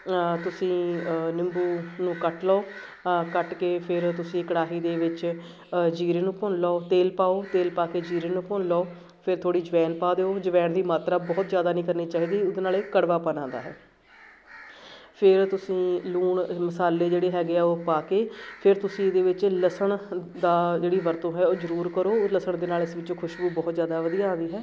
ਤੁਸੀਂ ਨਿੰਬੂ ਨੂੰ ਕੱਟ ਲਓ ਕੱਟ ਕੇ ਫਿਰ ਤੁਸੀਂ ਕੜਾਹੀ ਦੇ ਵਿੱਚ ਜੀਰੇ ਨੂੰ ਭੁੰਨ ਲਓ ਤੇਲ ਪਾਓ ਤੇਲ ਪਾ ਕੇ ਜੀਰੇ ਨੂੰ ਭੁੰਨ ਲਓ ਫਿਰ ਥੋੜ੍ਹੀ ਜਵੈਣ ਪਾ ਦਿਓ ਜਵੈਣ ਦੀ ਮਾਤਰਾ ਬਹੁਤ ਜ਼ਿਆਦਾ ਨਹੀਂ ਕਰਨੀ ਚਾਹੀਦੀ ਉਹਦੇ ਨਾਲੇ ਕੜਵਾਪਨ ਆਉਂਦਾ ਹੈ ਫਿਰ ਤੁਸੀਂ ਲੂਣ ਮਸਾਲੇ ਜਿਹੜੇ ਹੈਗੇ ਆ ਉਹ ਪਾ ਕੇ ਫਿਰ ਤੁਸੀਂ ਇਹਦੇ ਵਿੱਚ ਲਸਣ ਦਾ ਜਿਹੜੀ ਵਰਤੋਂ ਹੈ ਉਹ ਜ਼ਰੂਰ ਕਰੋ ਉਹ ਲਸਣ ਦੇ ਨਾਲ ਇਸ ਵਿੱਚੋਂ ਖੁਸ਼ਬੂ ਬਹੁਤ ਜ਼ਿਆਦਾ ਵਧੀਆ ਆਉਂਦੀ ਹੈ